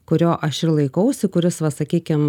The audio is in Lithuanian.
kurio aš ir laikausi kuris va sakykim